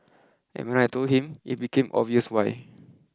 and when I told him it became obvious why